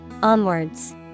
Onwards